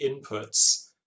inputs